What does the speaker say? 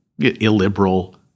illiberal